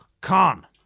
Khan